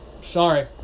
Sorry